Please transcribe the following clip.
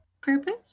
purpose